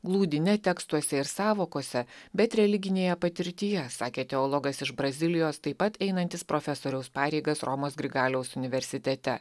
glūdi ne tekstuose ir sąvokose bet religinėje patirtyje sakė teologas iš brazilijos taip pat einantis profesoriaus pareigas romos grigaliaus universitete